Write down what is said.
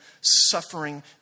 suffering